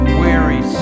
weary